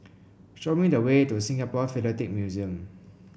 show me the way to Singapore Philatelic Museum